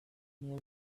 near